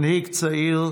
מנהיג צעיר,